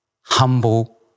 humble